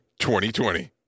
2020